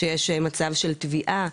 כשיש מצב של תביעה,